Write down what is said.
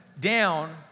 down